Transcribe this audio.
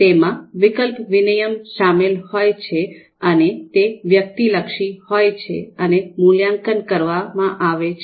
તેમાં વિકલ્પ વિનિમય શામેલ હોય છે અને તે વ્યક્તિલક્ષી હોય છે અને મૂલ્યાંકન કરવામાં આવે છે